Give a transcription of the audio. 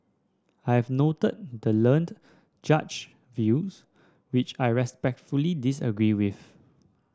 I have noted the learned Judge views which I respectfully disagree with